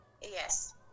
Yes